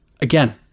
again